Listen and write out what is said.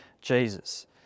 Jesus